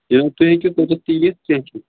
یا تُہۍ ہیٚکِو توٚتَتھ تہِ یِتھ کیٚنٛہہ چھُنہٕ